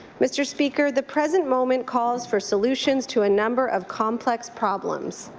mr. speaker, the present moment calls for solutions to a number of complex problems.